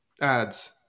ads